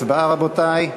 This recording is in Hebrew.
הצבעה, רבותי.